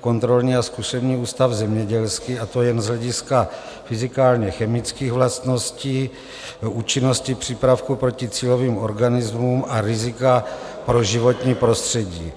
kontrolní a zkušební ústav zemědělský, a to jen z hlediska fyzikálněchemických vlastností účinnosti přípravku proti cílovým organismům a rizika pro životní prostředí.